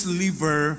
liver